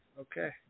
Okay